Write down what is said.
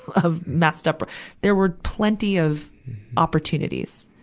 of messed-up there were plenty of opportunities.